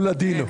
או לדינו.